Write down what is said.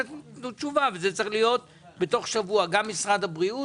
מתוך ה-300 שסיימו, 90 סיימו בארץ,